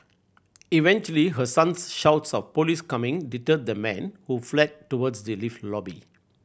eventually her son's shouts of police coming deterred the man who fled towards the lift lobby